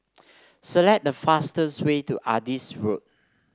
select the fastest way to Adis Road